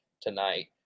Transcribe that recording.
tonight